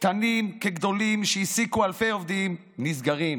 קטנים כגדולים, שהעסיקו אלפי עובדים, נסגרים.